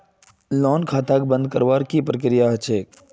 loan खाताक बंद करवार की प्रकिया ह छेक